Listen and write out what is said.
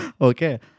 Okay